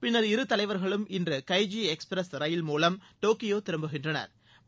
பின்னா் இரு தலைவா்களும் இன்று கைஜி எக்ஸ்பிரஸ் ரயில் மூலம் டோக்கியோ திரும்புகின்றனா்